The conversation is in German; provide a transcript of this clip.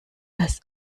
das